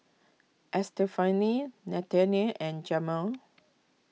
Estefany Nannette and Jamaal